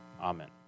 Amen